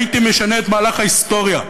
הייתי משנה את מהלך ההיסטוריה,